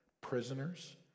prisoners